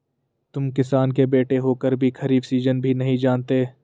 तुम किसान के बेटे होकर भी खरीफ सीजन भी नहीं जानते